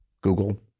Google